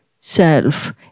self